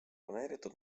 planeeritud